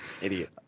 Idiot